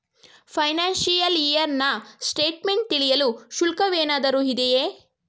Financial year ನ statement ತಿಳಿಯಲು ಶುಲ್ಕವೇನಾದರೂ ಇದೆಯೇ?